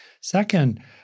Second